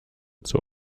zur